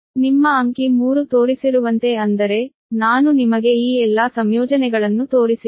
ನಿಮ್ಮ ಅಂಕಿ 3 ತೋರಿಸಿರುವಂತೆ ಅಂದರೆ ನಾನು ನಿಮಗೆ ಈ ಎಲ್ಲಾ ಸಂಯೋಜನೆಗಳನ್ನು ತೋರಿಸಿದ್ದೇನೆ